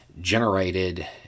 generated